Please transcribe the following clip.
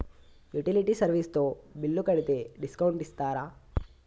Utility service తో bill కడితే discount ఇస్తరా?